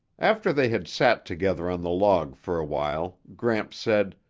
after they had sat together on the log for a while, gramps said,